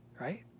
right